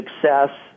Success